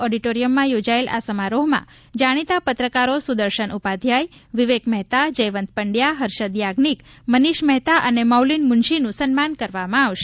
ઓડીટોરીયમમાં યોજાયેલા આ સમારોહમાં જાણીતા પત્રકારો સુદર્શન ઉપાધ્યાય વિવેક મહેતા જયવંત પંડયા હર્ષદ યાજ્ઞિક મનીષ મહેતા અને મોલીન મુનશીનું સન્માન કરવામાં આવશે